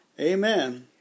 Amen